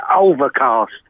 Overcast